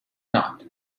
not